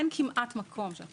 אין כמעט מקום שאנחנו